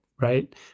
right